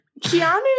Keanu